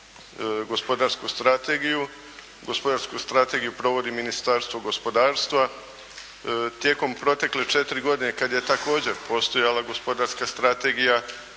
gospodarsku strategiju, gospodarsku strategiju provodi Ministarsko gospodarstva. Tijekom protekle 4 godine kada je također postojala gospodarska strategija,